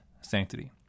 sanctity